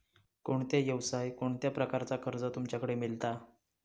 कोणत्या यवसाय कोणत्या प्रकारचा कर्ज तुमच्याकडे मेलता?